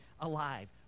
alive